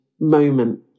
moment